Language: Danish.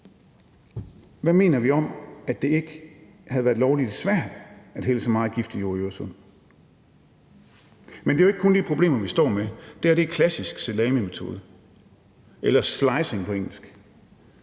Hvad mener vi om, at det ikke havde været lovligt i Sverige at hælde så meget giftig jord i Øresund? Men det er jo ikke kun de problemer, vi står med. Det her er en klassisk salamimetode eller det, man på engelsk